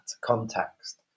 context